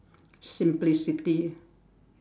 simplicity